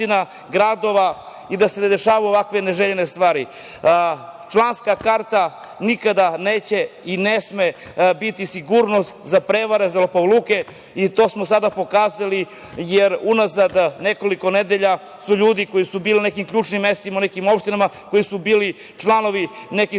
i da se ne dešavaju ovakve neželjene stvari. Članska karta nikada neće i ne sme biti sigurnost za prevare, za lopovluke i to smo sada pokazali, jer unazad nekoliko nedelja su ljudi koji su bili na nekim ključnim mestima, nekim opštinama, koji su bili članovi nekih